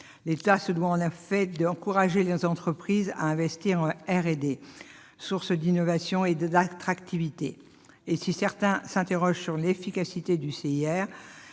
L'État se doit d'encourager les entreprises à investir en R&D, source d'innovation et d'attractivité. Si certains s'interrogent sur l'efficacité du CIR